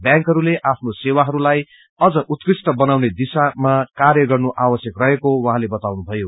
बैंकहरूले आफ्नो सेवाहरूलाई अझ उम्कृष्ट बनाउने दिशामा कार्य गर्न आवश्यक रहेको उहाँले बताउनुभयो